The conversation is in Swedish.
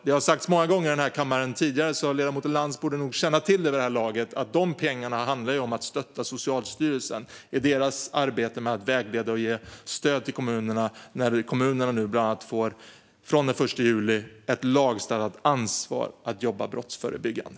Det har sagts många gånger i den här kammaren tidigare, så ledamoten Lantz borde nog känna till vid det här laget att de pengarna handlar om att stötta Socialstyrelsen i deras arbete med att vägleda och ge stöd till kommunerna nu när kommunerna från den 1 juli bland annat får lagstadgat ansvar att jobba brottsförebyggande.